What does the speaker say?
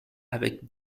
avec